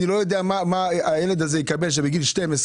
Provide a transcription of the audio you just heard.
אני לא יודע מה יקבל הילד הזה שהוא בן 12,